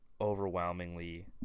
overwhelmingly